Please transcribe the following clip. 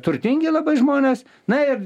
turtingi labai žmonės na ir